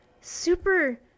super